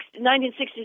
1960s